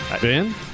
Ben